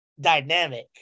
dynamic